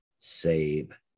save